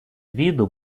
виду